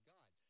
God